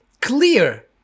clear